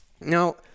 Now